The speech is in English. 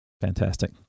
Fantastic